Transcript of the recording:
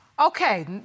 Okay